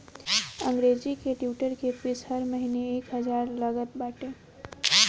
अंग्रेजी के ट्विटर के फ़ीस हर महिना एक हजार लागत बाटे